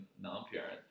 non-parent